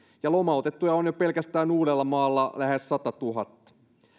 ja lomautettuja on jo pelkästään uudellamaalla lähes satatuhatta